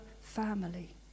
family